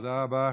תודה רבה.